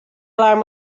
alarm